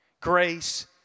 Grace